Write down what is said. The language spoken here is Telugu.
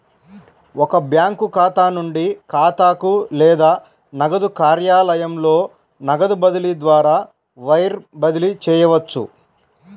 ఒక బ్యాంకు ఖాతా నుండి ఖాతాకు లేదా నగదు కార్యాలయంలో నగదు బదిలీ ద్వారా వైర్ బదిలీ చేయవచ్చు